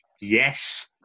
Yes